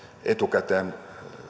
etukäteen